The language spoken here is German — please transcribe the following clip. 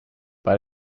bei